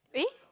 eh